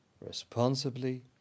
responsibly